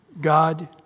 God